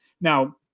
Now